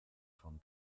von